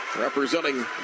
representing